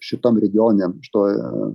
šitam regione šitoj